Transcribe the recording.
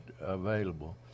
available